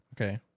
Okay